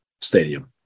stadium